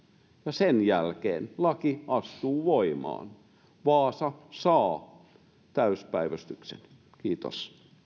sen jälkeen laki astuu voimaan vaasa saa täyspäivystyksen kiitos